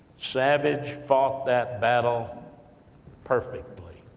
savage, fought that battle perfectly.